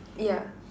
yeah